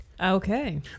Okay